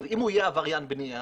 אם הוא יהיה עבריין בנייה